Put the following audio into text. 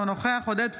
אינו נוכח עודד פורר,